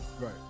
right